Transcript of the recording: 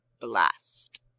blast